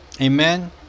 amen